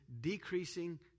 decreasing